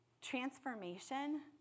Transformation